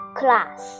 class